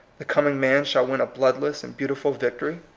the coming man shall win a bloodless and beautiful victoiy?